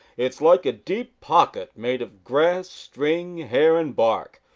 it is like a deep pocket made of grass, string, hair and bark,